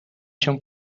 się